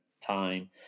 time